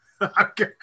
Okay